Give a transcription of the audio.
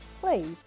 please